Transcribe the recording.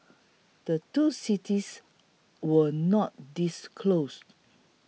the two cities were not disclosed